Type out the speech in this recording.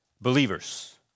Believers